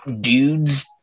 dudes